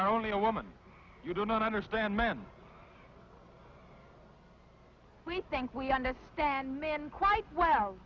are only a woman you do not understand men we think we understand men quite well